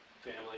family